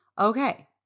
Okay